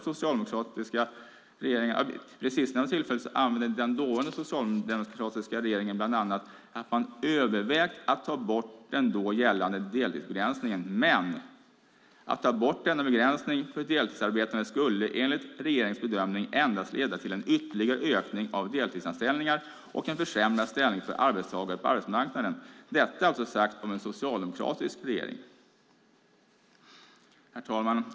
Vid det sistnämnda tillfället anmälde den dåvarande socialdemokratiska regeringen bland annat att man övervägt att ta bort den då gällande deltidsbegränsningen, men att ta bort denna begränsning för deltidsarbetande skulle enligt regeringens bedömning endast leda till en ytterligare ökning av deltidsanställningar och en försämrad ställning för arbetstagare på arbetsmarknaden. Detta alltså sagt av en socialdemokratisk regering. Herr talman!